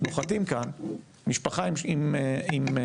הם נוחתים כאן, משפחה עם ילדים,